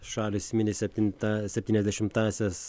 šalys mini septintą septyniasdešimtąsias